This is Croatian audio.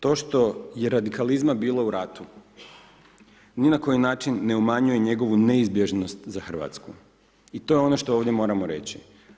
To što je radikalizma bilo u ratu ni na koji način ne umanjuje njegovu neizbježnost za Hrvatsku i to je ono što ovdje moramo reći.